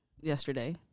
yesterday